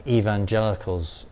evangelical's